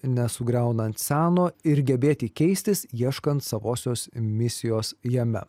nesugriaunant seno ir gebėti keistis ieškant savosios misijos jame